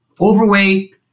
Overweight